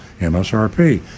MSRP